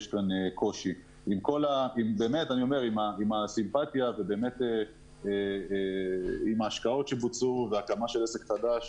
עם כל הסמפטייה להקמה של עסק חדש,